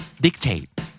Dictate